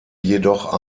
jedoch